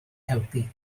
helpu